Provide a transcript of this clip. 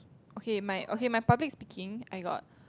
okay my okay my public speaking I got